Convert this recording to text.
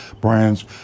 brands